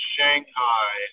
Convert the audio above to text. Shanghai